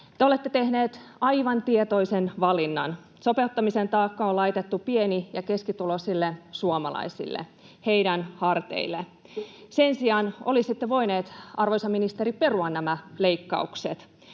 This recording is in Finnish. Te olette tehneet aivan tietoisen valinnan: sopeuttamisen taakka on laitettu pieni- ja keskituloisille suomalaisille, heidän harteilleen. Sen sijaan olisitte voineet, arvoisa ministeri, perua nämä leikkaukset.